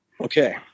okay